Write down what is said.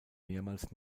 mehrmals